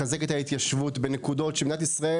לחזק את ההתיישבות בנקודות שמדינת ישראל